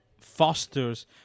fosters